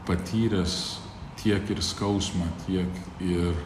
patyręs tiek ir skausmą tiek ir